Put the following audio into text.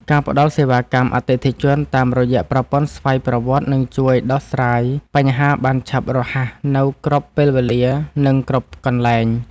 ការផ្តល់សេវាកម្មអតិថិជនតាមរយៈប្រព័ន្ធស្វ័យប្រវត្តិនឹងជួយដោះស្រាយបញ្ហាបានឆាប់រហ័សនៅគ្រប់ពេលវេលានិងគ្រប់កន្លែង។